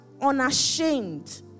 unashamed